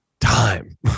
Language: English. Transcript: time